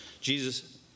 Jesus